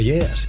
Yes